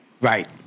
right